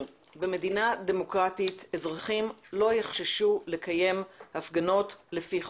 שבמדינה דמוקרטית אזרחים לא יחששו לקיים הפגנות לפי חוק.